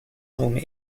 home